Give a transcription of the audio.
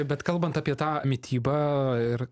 bet kalbant apie tą mitybą ir